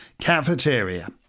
Cafeteria